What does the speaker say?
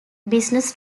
business